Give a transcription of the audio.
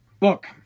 Look